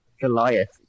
Goliath